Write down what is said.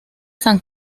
san